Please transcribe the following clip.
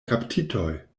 kaptitoj